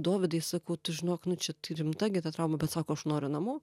dovydai sakau tu žinok nu čia rimta gi ta trauma bet sako aš noriu namo